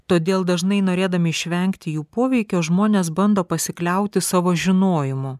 todėl dažnai norėdami išvengti jų poveikio žmonės bando pasikliauti savo žinojimu